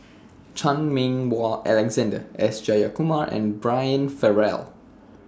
Chan Meng Wah Alexander S Jayakumar and Brian Farrell